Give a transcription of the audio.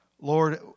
Lord